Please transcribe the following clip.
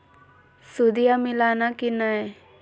सुदिया मिलाना की नय?